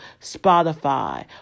Spotify